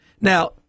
Now